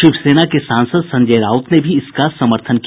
शिवसेना सांसद संजय राउत ने भी इसका समर्थन किया